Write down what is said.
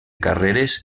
carreres